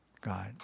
God